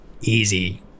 easy